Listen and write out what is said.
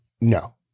no